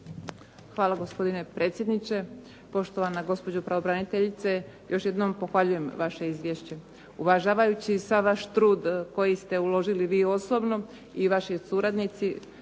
Hvala gospodine predsjedniče. Poštovana gospođo pravobraniteljice. Još jednom pohvaljujem vaše izvješće uvažavajući sav vaš trud koji ste uložili vi osobno i vaši suradnici.